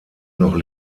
noch